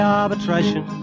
arbitration